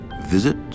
Visit